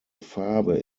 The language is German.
farbe